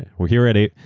we're here at eight.